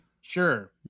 sure